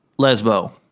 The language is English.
lesbo